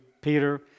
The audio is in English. Peter